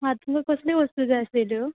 हा तुमकां कसले वस्त जाय आसलेल्यो